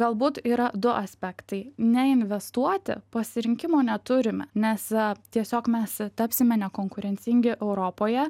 galbūt yra du aspektai neinvestuoti pasirinkimo neturime nes tiesiog mes tapsime nekonkurencingi europoje